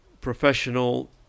professional